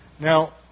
Now